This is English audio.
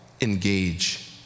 engage